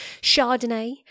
Chardonnay